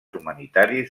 humanitaris